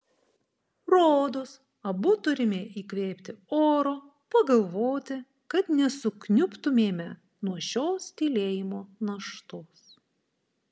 rodos abu turime įkvėpti oro pagalvoti kad nesukniubtumėme nuo šios tylėjimo naštos